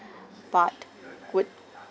but would